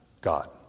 God